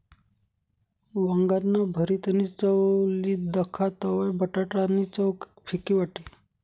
वांगाना भरीतनी चव ली दखा तवयं बटाटा नी चव फिकी वाटी